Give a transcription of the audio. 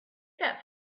that